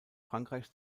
frankreich